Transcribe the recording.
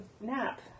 nap